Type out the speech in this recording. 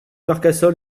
marcassol